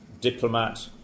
diplomat